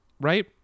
Right